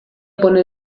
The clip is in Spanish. poner